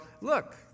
look